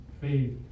faith